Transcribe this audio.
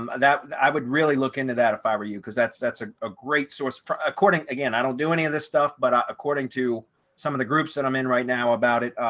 um that but that i would really look into that if i were you because that's, that's a ah great source of according again, i don't do any of this stuff. but um according to some of the groups that i'm in right now about it,